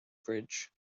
bridge